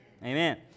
Amen